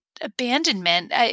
Abandonment